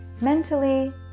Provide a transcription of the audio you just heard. mentally